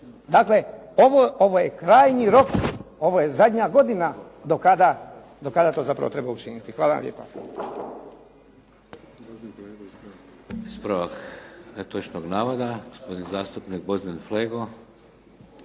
dakle ovo je krajnji rok, ovo je zadnja godina do kada to zapravo treba učiniti. Hvala vam lijepa.